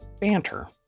banter